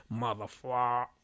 motherfucker